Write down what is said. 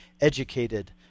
educated